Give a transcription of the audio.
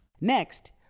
Next